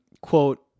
quote